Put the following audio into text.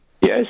Yes